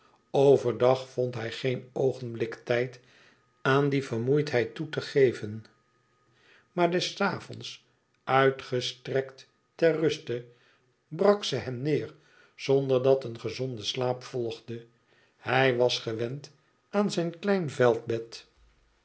dag vond hij geen oogenblik tijd aan die vermoeidheid toe te geven maar des avonds uitgestrekt ter ruste brak ze hem neêr zonder dat een gezonde slaap volgde e ids aargang ij was gewend aan zijn klein veldbed